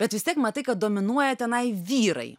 bet vis tiek matai kad dominuoja tenai vyrai